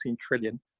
trillion